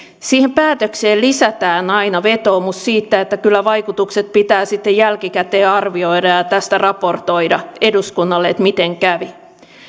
siihen päätökseen lisätään aina vetoomus siitä että kyllä vaikutukset pitää sitten jälkikäteen arvioida ja tästä raportoida eduskunnalle miten kävi